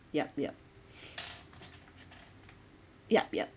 yup yup yup yup